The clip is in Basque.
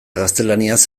gaztelaniaz